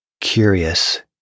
curious